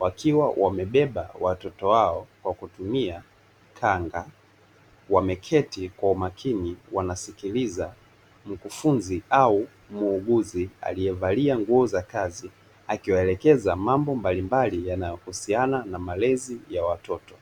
wakiwa wamebeba watoto wao kwa kutumia kanga, wameketi kwa umakini wanasikiliza mkufunzi au muuguzi aliyevalia nguo za kazi akiwaelekeza mambo mbalimbali yanayohusiana na malezi ya watoto.